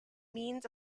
means